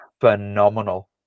phenomenal